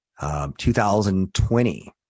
2020